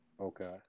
okay